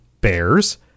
bears